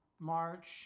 March